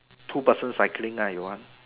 two person cycling lah your one